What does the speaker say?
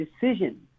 decision